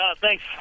Thanks